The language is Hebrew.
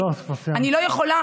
אני לא יכולה,